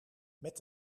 met